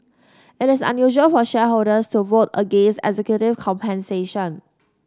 it is unusual for shareholders to vote against executive compensation